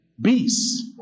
beasts